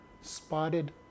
spotted